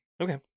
Okay